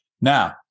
Now